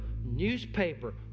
newspaper